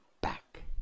back